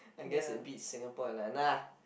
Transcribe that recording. I guess it beats Singapore and like nah